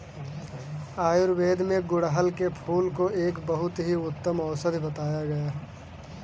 आयुर्वेद में गुड़हल के फूल को एक बहुत ही उत्तम औषधि बताया गया है